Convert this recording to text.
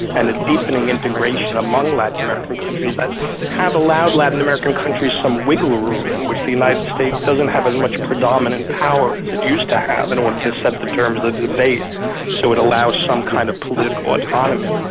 and a deepening integration among latin american countries that have allowed latin american countries some wiggle-room and which the united states doesn't have as much predominant power as it used to have in order to set the terms of debate so it allows some kind of political autonomy.